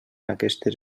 aquestes